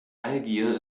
algier